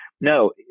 No